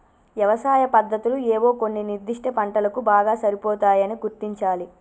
యవసాయ పద్దతులు ఏవో కొన్ని నిర్ధిష్ట పంటలకు బాగా సరిపోతాయని గుర్తించాలి